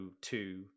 two